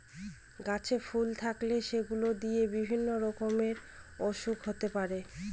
গাছে ফুল থাকলে সেগুলো দিয়ে বিভিন্ন রকমের ওসুখ হতে পারে